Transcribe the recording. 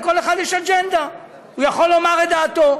לכל אחד יש אג'נדה, הוא יכול לומר את דעתו.